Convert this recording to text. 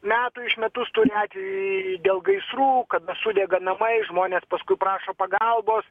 metų iš metus tų ne atvejai dėl gaisrų kada sudega namai žmonės paskui prašo pagalbos